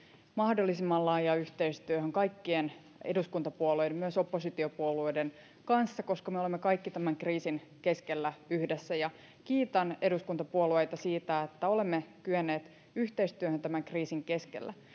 mahdollisimman laajaan yhteistyöhön kaikkien eduskuntapuolueiden myös oppositiopuolueiden kanssa koska me olemme kaikki tämän kriisin keskellä yhdessä ja kiitän eduskuntapuolueita siitä että olemme kyenneet yhteistyöhön tämän kriisin keskellä